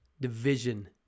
division